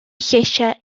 lleisiau